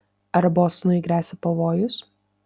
ar bostonui gresia pavojus